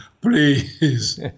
Please